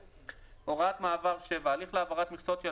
הוראת מעבר הליך להעברת מכסות של